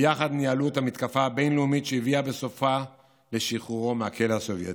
יחד ניהלו את המתקפה הבין-לאומית שהביאה בסופה לשחרורו מהכלא הסובייטי.